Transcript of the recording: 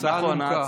ההצעה נומקה.